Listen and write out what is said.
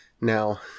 now